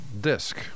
DISC